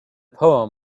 poem